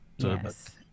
Yes